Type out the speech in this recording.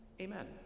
Amen